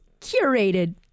curated